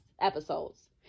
episodes